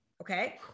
Okay